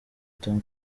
tom